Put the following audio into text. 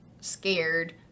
scared